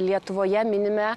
lietuvoje minime